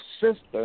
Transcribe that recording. system